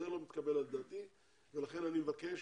זה לא מתקבל על דעתי ולכן אני מבקש